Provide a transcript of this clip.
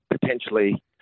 potentially